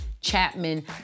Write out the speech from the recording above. Chapman